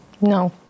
No